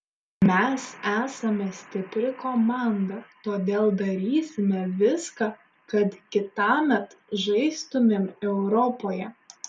mes esame stipri komanda todėl darysime viską kad kitąmet žaistumėm europoje